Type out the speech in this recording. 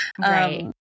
Right